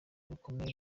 bukomeye